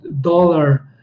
dollar